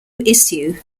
issue